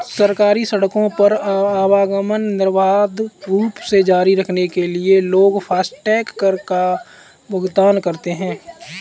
सरकारी सड़कों पर आवागमन निर्बाध रूप से जारी रखने के लिए लोग फास्टैग कर का भुगतान करते हैं